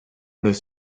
does